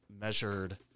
measured